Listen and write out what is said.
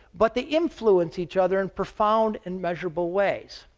but they influence each other in profound and measurable ways.